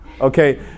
Okay